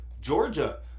Georgia